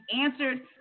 answered